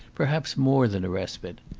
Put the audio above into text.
perhaps more than a respite.